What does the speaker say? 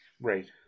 Right